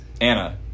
Anna